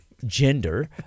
gender